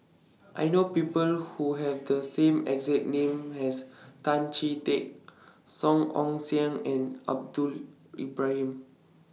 I know People Who Have The same exact name as Tan Chee Teck Song Ong Siang and Ibrahim